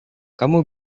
kamu